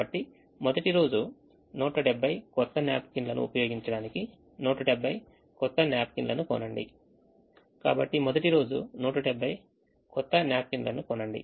కాబట్టి మొదటి రోజు 170 కొత్త న్యాప్కిన్ లను ఉపయోగించడానికి 170 కొత్త నాప్కిన్లను కొనండి కాబట్టి మొదటి రోజు 170 కొత్త న్యాప్కిన్ లను కొనండి